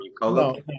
No